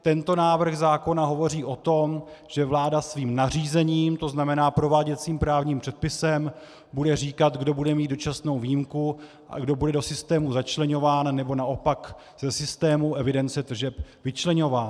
Tento návrh zákona hovoří o tom, že vláda svým nařízením, to znamená prováděcím právním předpisem, bude říkat, kdo bude mít dočasnou výjimku a kdo bude do systému začleňován nebo naopak ze systému evidence tržeb vyčleňován.